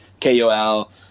KOL